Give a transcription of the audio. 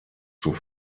zur